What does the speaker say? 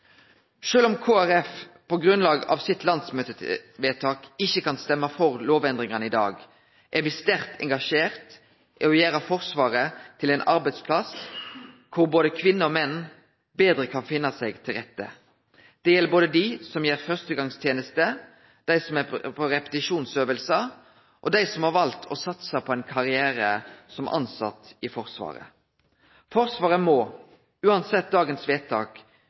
om Kristeleg Folkeparti på grunnlag av sitt landsmøtevedtak ikkje kan stemme for lovendringane i dag, er me sterkt engasjerte i å gjere Forsvaret til ein arbeidsplass der både kvinner og menn betre kan finne seg til rette. Det gjeld både dei som gjer førstegongsteneste, dei som er på repetisjonsøvingar og dei som har valt å satse på ein karriere som tilsett i Forsvaret. Forsvaret må – uansett dagens vedtak